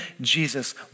Jesus